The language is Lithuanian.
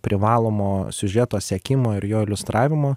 privalomo siužeto sekimo ir jo iliustravimo